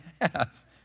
half